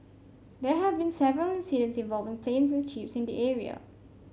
there have been several incidents involving planes and chips in the area